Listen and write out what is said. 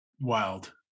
Wild